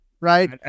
right